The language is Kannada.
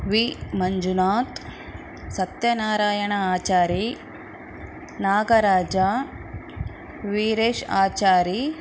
ವಿ ಮಂಜುನಾಥ್ ಸತ್ಯನಾರಾಯಣ ಆಚಾರಿ ನಾಗರಾಜ ವೀರೇಶ್ ಆಚಾರಿ